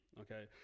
okay